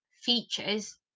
features